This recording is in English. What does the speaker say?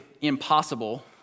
impossible